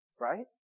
right